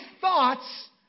thoughts